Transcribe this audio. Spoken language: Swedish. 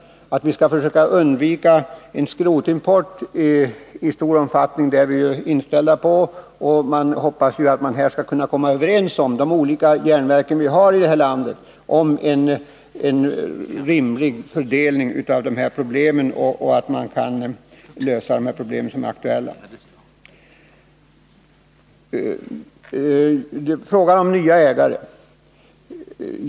Att vi skall försöka undvika skrotimport avstor omfattning är vi inställda på, och man hoppas att de olika järnverken i landet skall kunna komma överens om en rimlig fördelning, så att de aktuella problemen kan lösas.